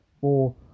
four